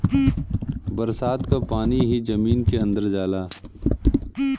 बरसात क पानी ही जमीन के अंदर जाला